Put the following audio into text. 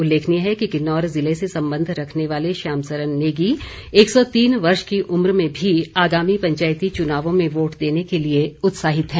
उल्लेखनीय है कि किन्नौर जिले से संबंध रखने वाले श्याम सरन नेगी एक सौ तीन वर्ष की उम्र में भी आगामी पंचायती चुनावों में वोट देने के लिए उत्साहित हैं